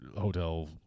hotel